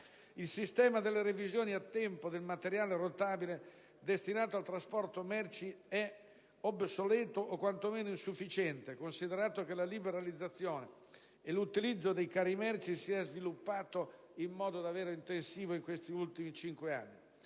il sistema delle revisioni a tempo del materiale rotabile destinato al trasporto merci è obsoleto o quantomeno insufficiente, considerato che la liberalizzazione e l'utilizzo dei carri merci si è sviluppato in modo davvero intensivo in questi ultimi cinque anni;